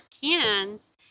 cans